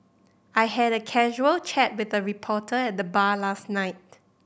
I had a casual chat with the reporter at the bar last night